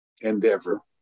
endeavor